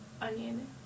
onion